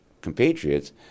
compatriots